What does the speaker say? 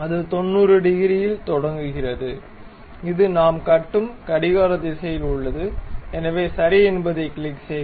இது 90 டிகிரியில் தொடங்குகிறது இது நாம் கட்டும் கடிகார திசையில் உள்ளது எனவே சரி என்பதைக் கிளிக் செய்க